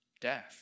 death